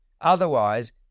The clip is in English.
Otherwise